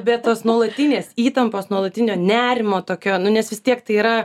bet tos nuolatinės įtampos nuolatinio nerimo tokio nu nes vis tiek tai yra